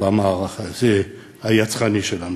במערך היצרני של המדינה.